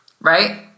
right